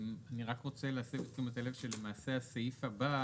אני רק רוצה להסב את תשומת הלב שלמעשה הסעיף הבא,